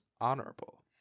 honorable